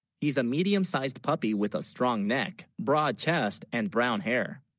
he's a medium-sized puppy with a, strong neck, broad chest and brown hair